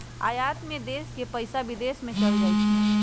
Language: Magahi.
आयात में देश के पइसा विदेश में चल जाइ छइ